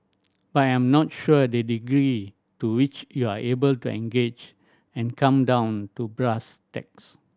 but I am not sure the degree to which you are able to engage and come down to brass tacks